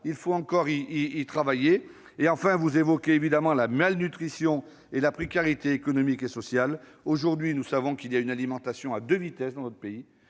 devons encore travailler sur ce sujet. Enfin, vous évoquez évidemment la malnutrition et la précarité économique et sociale. Aujourd'hui, nous savons qu'il y a une alimentation à deux vitesses dans notre pays,